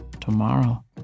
tomorrow